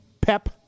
Pep